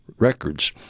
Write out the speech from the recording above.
Records